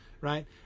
Right